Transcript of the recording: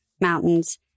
mountains